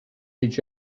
each